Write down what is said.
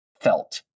felt